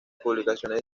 publicaciones